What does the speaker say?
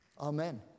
Amen